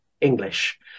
English